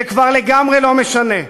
זה כבר לגמרי לא משנה.